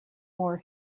war